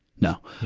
no!